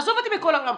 עזוב אותי מכל העולם.